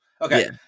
Okay